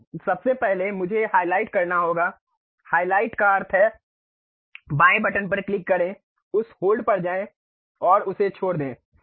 तो सबसे पहले मुझे हाइलाइट करना होगा हाइलाइट का अर्थ है बाएं बटन पर क्लिक करें उस होल्ड पर जाएं और उसे छोड़ दें